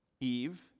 Eve